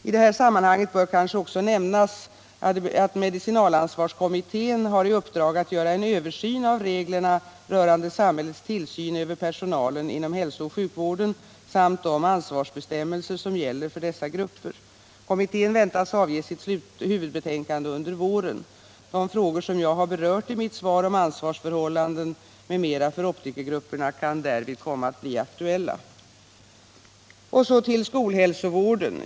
I detta sammanhang bör kanske också nämnas att medicinalansvarskommittén har i uppdrag att göra en översyn av reglerna rörande samhällets tillsyn över personalen inom hälsooch sjukvården samt de ansvarsbestämmelser som gäller för dessa grupper. Kommittén väntas avge sitt huvudbetänkande under våren.